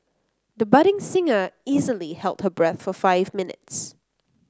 the budding singer easily held her breath for five minutes